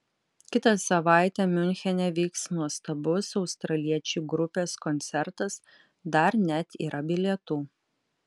kitą savaitę miunchene vyks nuostabus australiečių grupės koncertas dar net yra bilietų